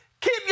keep